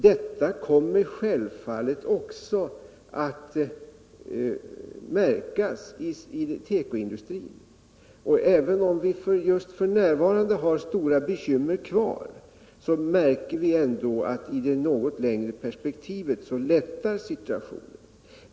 Detta kommer självfallet också att märkas i tekoindustrin. Även om vi just f. n. har stora bekymmer kvar, märker vi att situationen lättar i det något längre perspektivet.